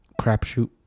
crapshoot